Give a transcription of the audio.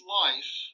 life